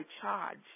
charge